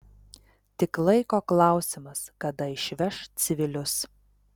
tik laiko klausimas kada išveš civilius